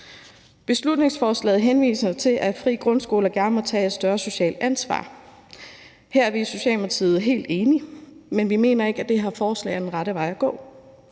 Beslutningsforslaget henviser til, at frie grundskoler gerne må tage et større socialt ansvar. Her er vi i Socialdemokratiet helt enige, men vi mener ikke, at det her forslag er den rette vej at gå.